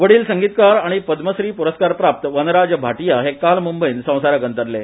वडिल संगीतकार आनी पद्मश्री प्रस्कार प्राप्त वनराज भाटीया हे काल म्ंबयन संवसाराक अंतरले